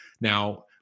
Now